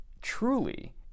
truly